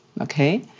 okay